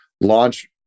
launch